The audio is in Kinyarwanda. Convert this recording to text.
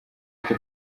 nuko